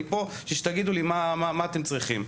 אני פה בשביל שתגידו לי מה אתם צריכים.